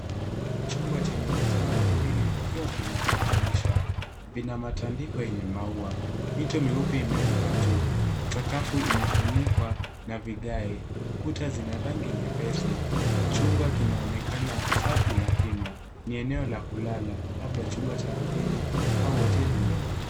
Chumba chenye vitanda viwili vikiwa vimetenganishwa, vina matandiko yenye maua. Mito mieupe imewekwa juu, sakafu imefunikwa na vigae. Kuta zina rangi nyepesi. Chumba kinaonekana safi na kimya. Ni eneo la kulala labda chumba cha wageni au hoteli ndogo.